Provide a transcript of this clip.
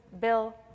bill